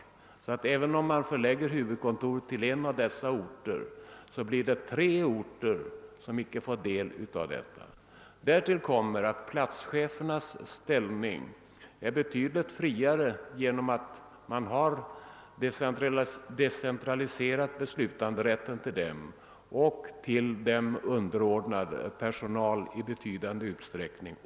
Även om man skulle förlägga huvudkontoret till en av dessa orter, blir det tre orter som inte får del av detta. Därtill kommer att platschefernas ställning är betydligt friare genom att man har decentraliserat beslutanderätten till dem och till dem underordnad personal i betydande utsträckning.